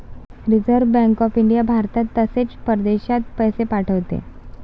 reserve bank of India भारतात तसेच परदेशात पैसे पाठवते